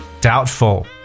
doubtful